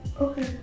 Okay